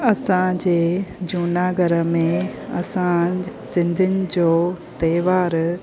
असांजे जूनागढ़ में असां सिंधियुनि जो त्योहार